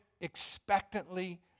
expectantly